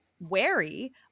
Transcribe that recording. wary